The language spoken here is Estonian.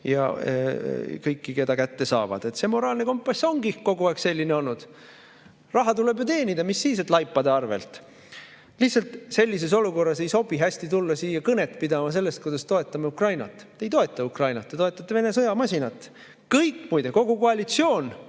ja kõiki, keda kätte saavad. See moraalne kompass ongi kogu aeg selline olnud. Raha tuleb ju teenida, mis siis, et laipade arvelt. Lihtsalt sellises olukorras ei sobi hästi tulla siia kõnet pidama sellest, kuidas toetate Ukrainat. Te ei toeta Ukrainat, te toetate Vene sõjamasinat. Kõik muide, kogu koalitsioon